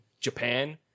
Japan